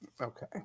Okay